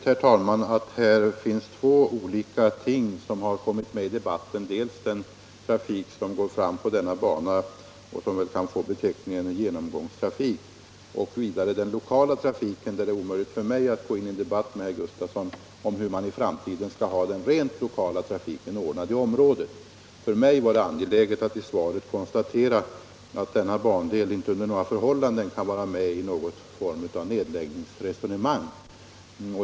Herr talman! Det förefaller som om man i den här debatten har kommit in på två olika saker, dels den trafik som går fram på denna bana och som väl kan få beteckningen genomgångstrafik, dels den lokala trafiken, där det är omöjligt för mig att gå in i debatt med herr Gustavsson i Ängelholm om hur den i framtiden skall ordnas i området. För mig var det angeläget att i svaret konstatera att denna bandel inte under några förhållanden kan få bli föremål för ett resonemang om nedläggning.